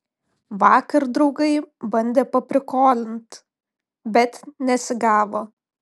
vakar draugai bandė paprikolint bet nesigavo